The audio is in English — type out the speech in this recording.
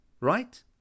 right